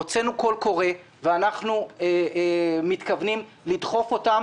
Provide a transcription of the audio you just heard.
הוצאנו קול קורא ואנחנו מתכוונים לדחוף אותן